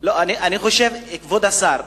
כבוד השר,